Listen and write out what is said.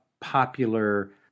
popular